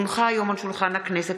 כי הונחה היום על שולחן הכנסת,